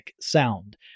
sound